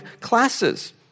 classes